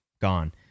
gone